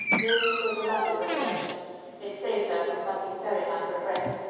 this was a lucky recollection it saved her from something very like regret.